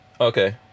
Okay